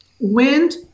wind